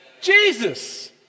Jesus